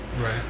right